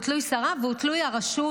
הוא תלוי שרה והוא תלוי הרשות,